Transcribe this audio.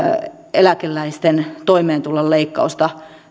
eläkeläisten toimeentulon leikkausta